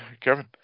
kevin